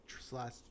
slash